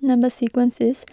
Number Sequence is